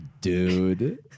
dude